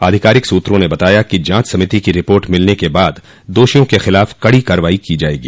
आधिकारिक सूत्रों ने बताया कि जांच समिति की रिपोर्ट मिलने के बाद दोषियों के ख़िलाफ कड़ी कार्रवाई की जायेगी